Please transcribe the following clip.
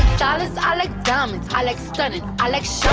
dallas. i like dumb. i like studied i like. so